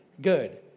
good